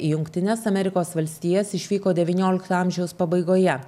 į jungtines amerikos valstijas išvyko devyniolikto amažiaus pabaigoje